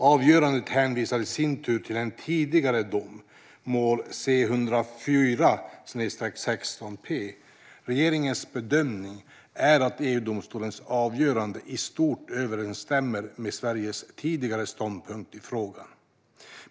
Avgörandet hänvisar i sin tur till en tidigare dom - mål C-104/16 P. Regeringens bedömning är att EU-domstolens avgöranden i stort överensstämmer med Sveriges tidigare ståndpunkt i frågan.